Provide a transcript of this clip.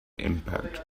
impact